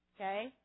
Okay